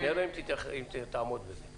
אני